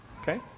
okay